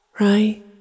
Right